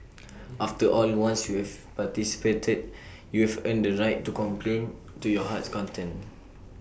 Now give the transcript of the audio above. after all once you've participated you've earned the right to complain to your heart's content